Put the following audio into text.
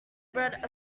bread